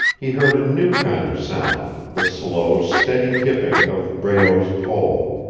he heard a new kind of sound the slow, steady dipping of breault's pole.